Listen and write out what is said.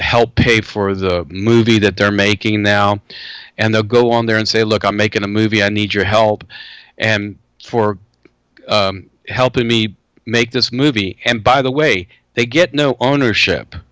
help pay for the movie that they're making now and the go on there and say look i'm making a movie i need your help and for helping me make this movie and by the way they get no ownership